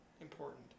important